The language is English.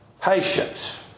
patience